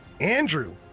Andrew